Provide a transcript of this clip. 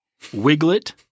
Wiglet